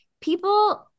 people